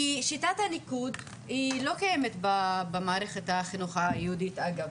כי שיטת הניקוד היא לא קיימת במערכת החינוך היהודית אגב,